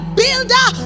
builder